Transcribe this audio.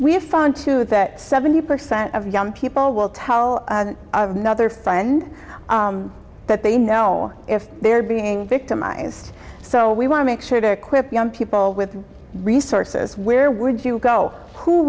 we have found to that seventy percent of young people will tell of not their friend that they know if they're being victimized so we want to make sure they're equipped young people with resources where would you go who